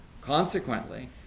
Consequently